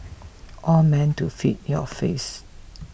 all meant to feed your face